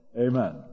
Amen